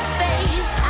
face